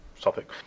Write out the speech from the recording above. topic